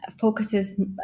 focuses